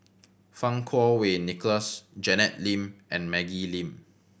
Fang Kuo Wei Nicholas Janet Lim and Maggie Lim